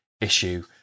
issue